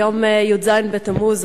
היום י"ז בתמוז,